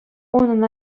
унӑн